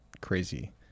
crazy